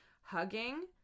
Hugging